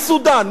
מסודן,